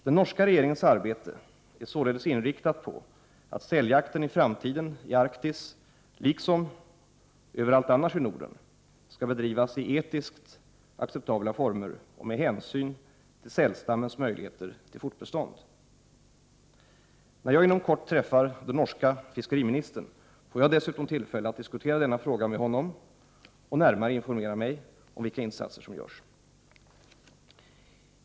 Den norska regeringens arbete är således inriktat på att säljakten i framtiden i Arktis liksom överallt annars i Norden skall bedrivas i etiskt acceptabla former och med hänsyn till sälstammens möjligheter till fortbestånd. När jag inom kort träffar den norske fiskeriministern får jag dessutom tillfälle att diskutera denna fråga med honom och närmare informera mig om vilka insatser som görs.